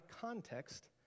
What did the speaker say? context